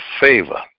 favor